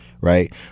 Right